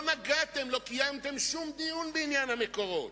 לא נגעתם, לא קיימתם שום דיון בעניין המקורות.